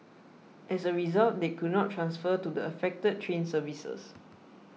as a result they could not transfer to the affected train services